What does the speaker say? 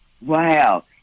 Wow